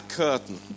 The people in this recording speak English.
curtain